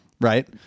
Right